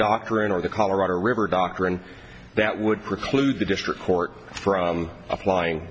doctrine or the colorado river doctrine that would preclude the district court from applying